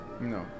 no